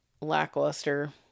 lackluster